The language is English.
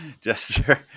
gesture